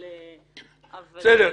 אבל --- בסדר,